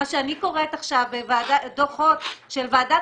מה שאני קוראת עכשיו בדוחות של ועדת